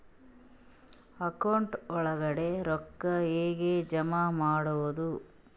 Account ಒಳಗಡೆ ರೊಕ್ಕ ಹೆಂಗ್ ಜಮಾ ಮಾಡುದು?